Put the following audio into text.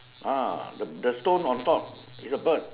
ah the stone on top is a bird